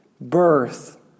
birth